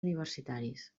universitaris